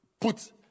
put